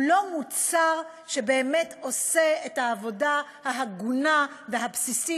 הוא לא מוצר שבאמת עושה את העבודה ההגונה והבסיסית